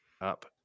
up